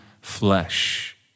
flesh